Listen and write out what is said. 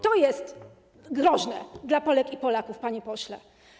To jest groźne dla Polek i Polaków, panie pośle.